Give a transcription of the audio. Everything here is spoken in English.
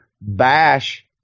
bash